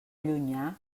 llunyà